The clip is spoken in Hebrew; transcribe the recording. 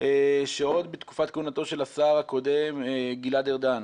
שעוד בתקופת כהונתו של השר הקודם, גלעד ארדן,